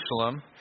Jerusalem